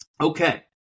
Okay